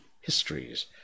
histories